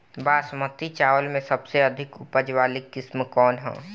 बासमती चावल में सबसे अधिक उपज वाली किस्म कौन है?